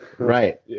Right